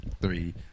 Three